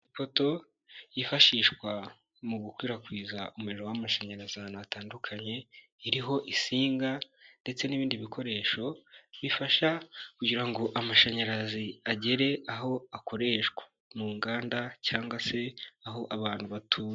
Ipoto yifashishwa mu gukwirakwiza umuriro w'amashanyarazi ahantu hatandukanye, iriho isinga ndetse n'ibindi bikoresho, bifasha kugira ngo amashanyarazi agere aho akoreshwa, mu nganda cyangwa se aho abantu batuye.